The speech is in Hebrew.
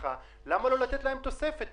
למה לא לתת להם תוספת?